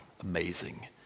amazing